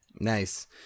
Nice